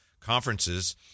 Conferences